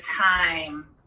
time